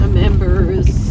members